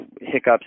hiccups